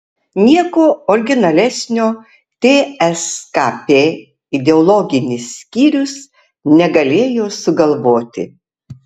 nieko originalesnio tskp ideologinis skyrius negalėjo sugalvoti